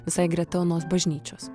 visai greta onos bažnyčios